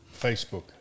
Facebook